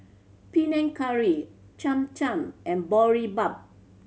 Panang Curry Cham Cham and Boribap